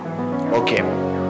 Okay